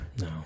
No